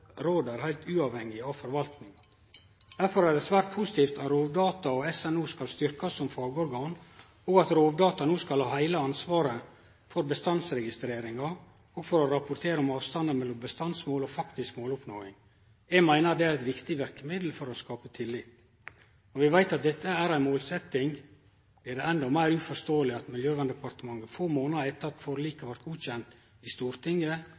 heilt uavhengige av forvaltninga. Derfor er det svært positivt at Rovdata og Statens naturoppsyn skal styrkjast som fagorgan, og at Rovdata no skal ha heile ansvaret for bestandsregistreringa og for å rapportere om avstanden mellom bestandsmål og faktisk måloppnåing. Eg meiner det er eit viktig verkemiddel for å skape tillit. Når vi veit at dette er ei målsetjing, blir det endå meir uforståeleg at Miljøverndepartementet få månader etter at forliket blei godkjent i Stortinget,